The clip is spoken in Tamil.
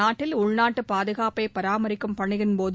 நாட்டில் உள்நாட்டு பாதுகாப்பை பராமரிக்கும் பணியின்போது